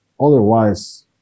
Otherwise